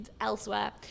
elsewhere